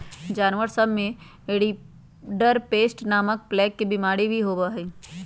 जानवर सब में रिंडरपेस्ट नामक प्लेग के बिमारी भी होबा हई